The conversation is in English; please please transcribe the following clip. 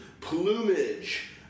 plumage